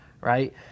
right